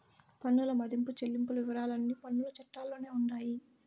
పన్నుల మదింపు చెల్లింపుల వివరాలన్నీ పన్నుల చట్టాల్లోనే ఉండాయి